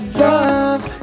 love